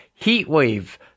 Heatwave